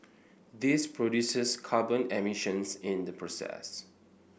this produces carbon emissions in the process